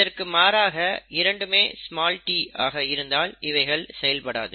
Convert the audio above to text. இதற்கு மாறாக இரண்டுமே t ஆக இருந்தால் இவைகள் செயல்படாது